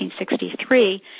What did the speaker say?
1963